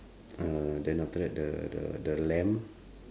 uh then after that the the the lamb